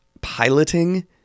piloting